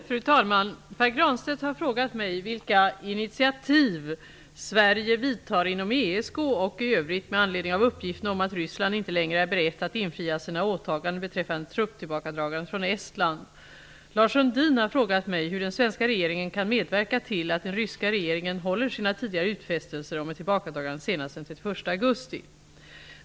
Fru talman! Pär Granstedt har frågat mig vilka initiativ Sverige vidtar inom ESK och i övrigt med anledning av uppgifterna om att Ryssland inte längre är berett att infria sina åtaganden beträffande trupptillbakadragande från Estland. Lars Sundin har frågat mig hur den svenska regeringen kan medverka till att den ryska regeringen håller sina tidigare utfästelser om ett tillbakadragande senast den 31 augusti.